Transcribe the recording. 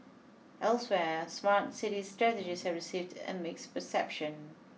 elsewhere smart city strategies have received a mixed reception